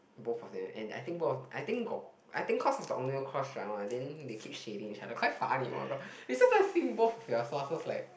both of them and I think both of I think got I think cause of the only drama then they keep shading each other quite funny oh-my-god both of their sources like